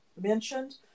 mentioned